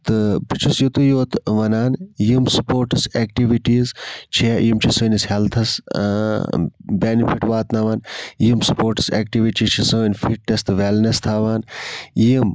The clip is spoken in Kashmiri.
تہٕ بہٕ چھُس یُتُے یوت وَنان یِم سپوٹس ایٚکٹِوِٹیٖز چھےٚ یِم چھِ سٲنِس ہیٚلتھَس بیٚنفِٹ واتناوان یِم سپوٹس ایٚکٹِوِٹیٖز چھِ سٲنٛۍ فِٹنیٚس تہٕ ویٚلنیٚس تھاوان یِم